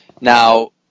Now